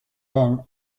ben